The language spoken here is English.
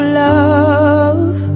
love